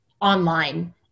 online